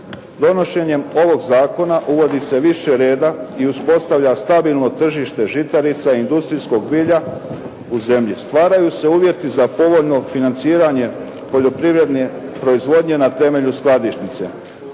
Donošenjem ovog zakona uvodi se više reda i uspostavlja stabilno tržište žitarica i industrijskog bilja u zemlji. Stvaraju se uvjeti za povoljno financiranje poljoprivredne proizvodnje na temelju skladišnice.